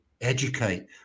educate